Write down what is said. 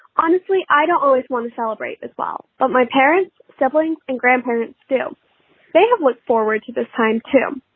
honestly, i don't always want to celebrate as well, but my parents, siblings and grandparents still they look forward to this time, too. um